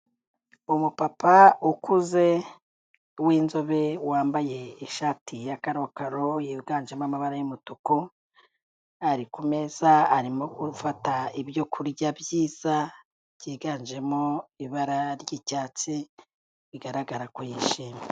Umupapa ukuze winzobe, wambaye ishati ya karokaro, yiganjemo amabara y'umutuku ari kumeza, arimo gufata ibyo kurya byiza, byiganjemo ibara ry'icyatsi, bigaragara ko yishimye.